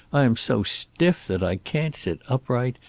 i am so stiff that i can't sit upright,